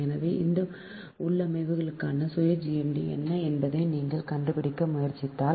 எனவே இந்த உள்ளமைவுக்கான சுய GMD என்ன என்பதை நீங்கள் கண்டுபிடிக்க முயற்சித்தால்